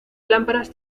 lámparas